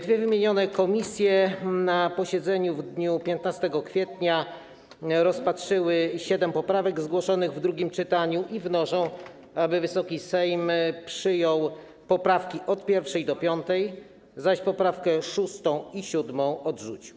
Dwie wymienione komisje na posiedzeniu w dniu 15 kwietnia rozpatrzyły siedem poprawek zgłoszonych w drugim czytaniu i wnoszą, aby Wysoki Sejm przyjął poprawki od 1. do 5., zaś poprawki 6. i 7. odrzucił.